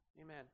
Amen